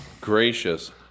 Gracious